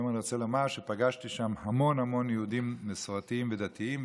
היום אני רוצה לומר שפגשתי שם המון המון יהודים מסורתיים ודתיים,